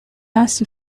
asked